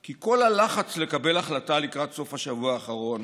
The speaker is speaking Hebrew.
כי כל הלחץ לקבל החלטה לקראת סוף השבוע האחרון